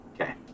Okay